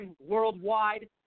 worldwide